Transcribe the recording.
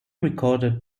recorded